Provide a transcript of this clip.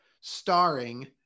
starring